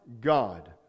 God